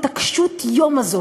את הקשוּת-יום הזאת.